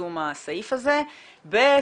ליישום הסעיף הזה ב.